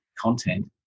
content